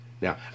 now